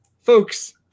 Folks